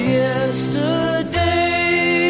yesterday